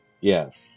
Yes